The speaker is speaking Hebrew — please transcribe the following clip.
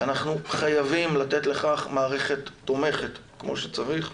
אנחנו חייבים לתת לכך מערכת תומכת כמו שצריך.